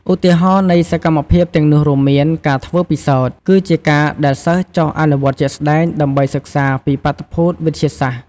ឧទាហរណ៍នៃសកម្មភាពទាំងនោះរួមមាន ការធ្វើពិសោធន៍៖ គឺជាការដែលសិស្សចុះអនុវត្តជាក់ស្តែងដើម្បីសិក្សាពីបាតុភូតវិទ្យាសាស្ត្រ។